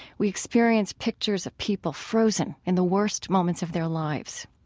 we experience pictures of people frozen in the worst moments of their lives.